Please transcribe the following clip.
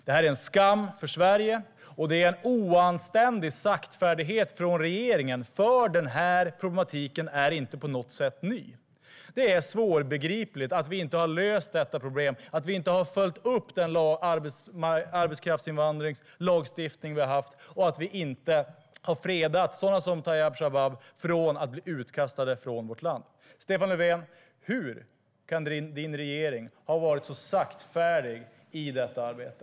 Det är en skam för Sverige, och det har varit en oanständig saktfärdighet från regeringen eftersom detta problem inte är nytt. Det är svårbegripligt att vi inte har löst detta problem, inte följt upp den lag om arbetskraftsinvandring som finns och inte fredat sådana som Tayyab Shabab från att bli utkastade ur landet. Stefan Löfven! Hur kan din regering vara så saktfärdig i detta arbete?